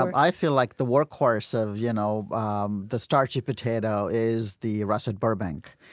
um i feel like the workhorse of you know um the starchy potato is the russet burbank.